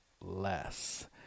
less